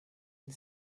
and